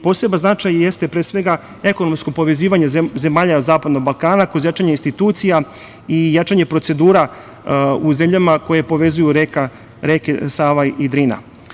Poseban značaj jeste pre svega ekonomsko povezivanje zemalja Zapadnog Balkana kroz jačanje institucija i jačanje procedura u zemljama koje povezuju reke Sava i Drina.